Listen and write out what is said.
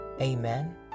Amen